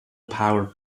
power